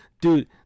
dude